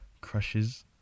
crushes